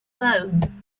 phone